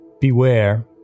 Beware